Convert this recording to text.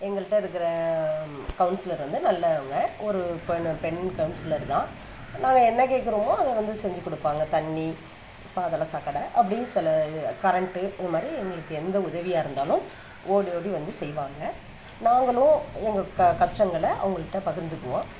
எங்கள்கிட்ட இருக்கிற கவுன்சிலர் வந்து நல்லவங்க ஒரு பொண்ணு பெண் கவுன்சிலர் தான் நாங்கள் என்ன கேட்குறோமோ அதை வந்து செஞ்சுக் கொடுப்பாங்க தண்ணி பாதாள சாக்கடை அப்படி சில இது கரண்ட்டு இந்த மாதிரி எங்களுக்கு எந்த உதவியாக இருந்தாலும் ஓடி ஓடி வந்து செய்வாங்க நாங்களும் எங்கள் க கஷ்டங்கள அவங்கள்ட்ட பகிர்ந்துக்குவோம்